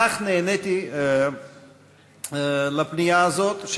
בכך נעניתי לפנייה הזאת,